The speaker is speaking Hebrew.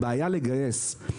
בעיה לגייס.